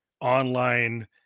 online